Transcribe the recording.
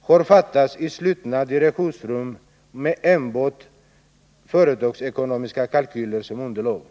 har fattats i slutna direktionsrum och med enbart företagsekonomiska kalkyler som underlag.